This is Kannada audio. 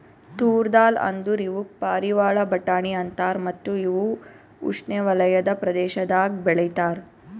ತೂರ್ ದಾಲ್ ಅಂದುರ್ ಇವುಕ್ ಪಾರಿವಾಳ ಬಟಾಣಿ ಅಂತಾರ ಮತ್ತ ಇವು ಉಷ್ಣೆವಲಯದ ಪ್ರದೇಶದಾಗ್ ಬೆ ಳಿತಾರ್